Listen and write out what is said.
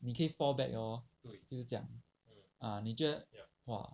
你可以 fallback hor 就是这样 ah 你觉得 !wah!